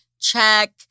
check